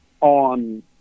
on